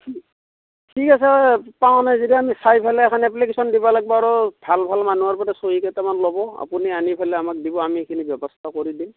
ঠিক আছে পাওঁ নাই যেতিয়া আমি এখন এপ্লিকেশ্যন দিবা লাগব আৰু ভাল ভাল মানুহৰ চহী কেইটামান ল'ব আপুনি আনি পেলাই আমাক দিব আমি সেইখিনি ব্যৱস্থা কৰি দিম